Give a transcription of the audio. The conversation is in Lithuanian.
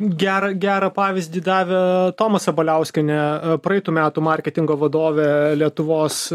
gerą gerą pavyzdį davė toma sabaliauskienė praeitų metų marketingo vadovė lietuvos